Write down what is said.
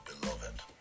beloved